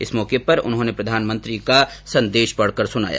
इस मौके पर उन्होंने प्रधानमंत्री का संदेश पढ़कर सुनाया